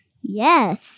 Yes